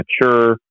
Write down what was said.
mature